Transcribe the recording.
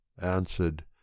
Answered